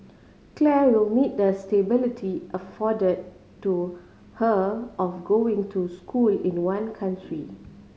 Claire will need the stability afforded to her of going to school in one country